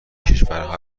کشورها